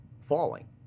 falling